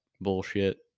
bullshit